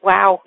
Wow